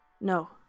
No